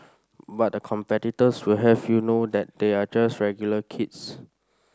but the competitors will have you know that they are just regular kids